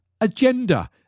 agenda